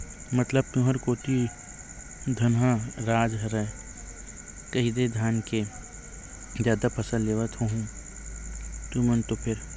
मतलब तुंहर कोती धनहा राज हरय कहिदे धाने के जादा फसल लेवत होहू तुमन तो फेर?